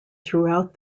throughout